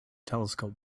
telescope